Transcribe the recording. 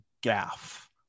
gaff